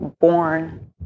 born